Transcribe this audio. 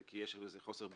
כי יש שם חוסר בהירות.